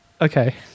okay